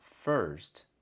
first